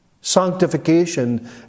Sanctification